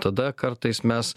tada kartais mes